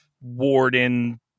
warden